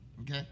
Okay